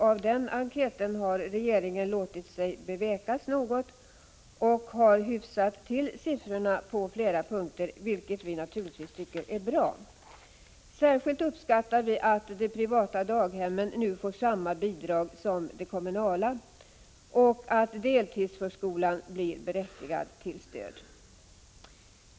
Av den enkäten har regeringen låtit sig bevekas något och har hyfsat till siffrorna på flera punkter, vilket vi naturligtvis tycker är bra. Särskilt uppskattar vi att de privata daghemmen nu får samma bidrag som de kommunala och att deltidsförskolan blir berättigad till stöd.